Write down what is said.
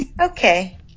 Okay